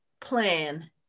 plan